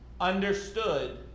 understood